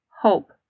hope